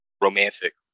romantic